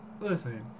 listen